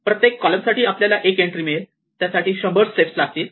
प्रत्येक कॉलम साठी आपल्याला एक एन्ट्री मिळेल त्यासाठी 100 स्टेप लागतील